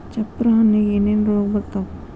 ಚಪ್ರ ಹಣ್ಣಿಗೆ ಏನೇನ್ ರೋಗ ಬರ್ತಾವ?